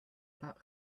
pas